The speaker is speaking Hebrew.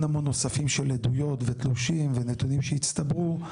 המון נוספים של עדויות ותלושים ונתונים שהצטברו.